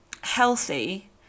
healthy